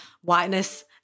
whiteness